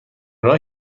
راه